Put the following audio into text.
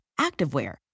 activewear